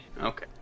Okay